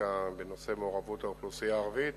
זחאלקה בנושא מעורבות האוכלוסייה הערבית